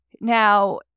Now